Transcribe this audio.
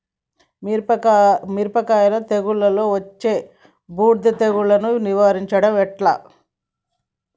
మిరపకాయ తెగుళ్లలో వచ్చే బూడిది తెగుళ్లను నివారించడం ఎట్లా?